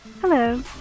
Hello